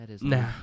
nah